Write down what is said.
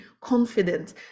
confident